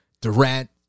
Durant